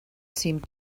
seemed